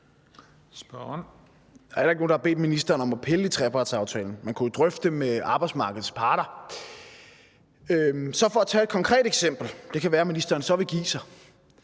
Der er ikke nogen, der har bedt ministeren om at pille i trepartsaftalen. Man kunne jo drøfte det med arbejdsmarkedets parter. For at tage et konkret eksempel; det kan være, at ministeren så vil give sig: